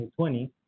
2020